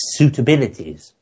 suitabilities